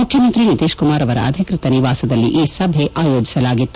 ಮುಖ್ಯಮಂತ್ರಿ ನಿತೀಶ್ ಕುಮಾರ್ ಅವರ ಅಧಿಕೃತ ನಿವಾಸದಲ್ಲಿ ಈ ಸಭೆ ಆಯೋಜಿಸಲಾಗಿತ್ತು